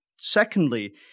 Secondly